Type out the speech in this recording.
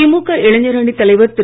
திமுக இளைஞர் அணி தலைவர் திரு